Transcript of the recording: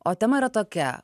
o tema yra tokia